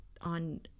on